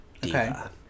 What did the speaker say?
diva